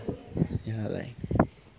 ya like